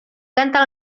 canta